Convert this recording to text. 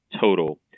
total